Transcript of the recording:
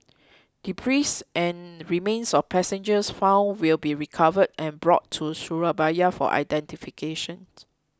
Debris and remains of passengers found will be recovered and brought to Surabaya for identification